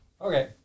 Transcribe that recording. Okay